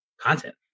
content